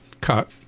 cut